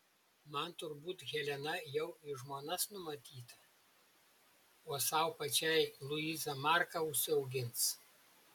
man turbūt helena jau į žmonas numatyta o sau pačiai luiza marką užsiaugins